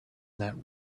that